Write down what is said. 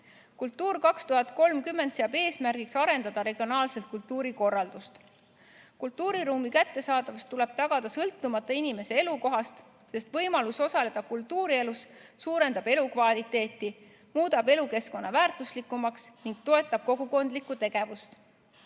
"Kultuur 2030" seab eesmärgiks arendada regionaalset kultuurikorraldust. Kultuuriruumi kättesaadavus tuleb tagada sõltumata inimese elukohast, sest võimalus osaleda kultuurielus parandab elukvaliteeti, muudab elukeskkonna väärtuslikumaks ning toetab kogukondlikku tegevust.